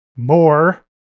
More